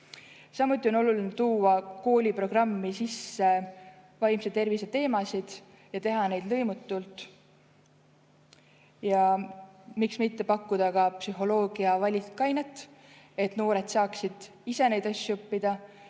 Samuti on oluline tuua kooliprogrammi sisse vaimse tervise teemasid ja teha neid lõimitult, miks mitte pakkuda ka psühholoogia valikainet, et noored saaksid ise neid asju õppida.